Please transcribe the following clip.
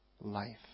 life